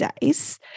days